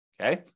Okay